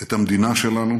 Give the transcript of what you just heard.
את המדינה שלנו